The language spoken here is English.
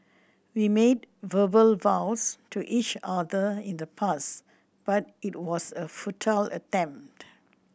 we made verbal vows to each other in the past but it was a futile attempt